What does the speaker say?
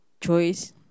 choice